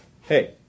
Hey